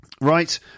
right